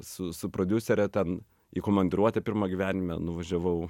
su su prodiusere ten į komandiruotę pirmą gyvenime nuvažiavau